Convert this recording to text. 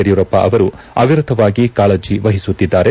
ಯಡಿಯೂರಪ್ಪ ಅವರು ಅವಿರತವಾಗಿ ಕಾಳಜಿ ವಹಿಸುತ್ತಿದ್ದಾರೆ